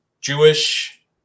Jewish